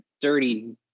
dirty